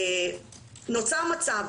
נוצר מצב